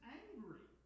angry